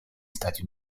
stati